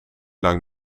lang